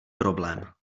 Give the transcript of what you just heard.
problém